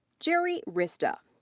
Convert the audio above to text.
geri rista.